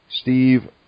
Steve